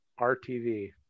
RTV